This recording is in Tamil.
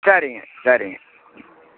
சரிங்க சரிங்க